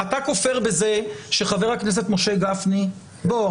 אתה כופר בזה שחה"כ משה גפני --- בוא,